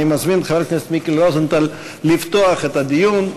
אני מזמין את חבר הכנסת מיקי רוזנטל לפתוח את הדיון.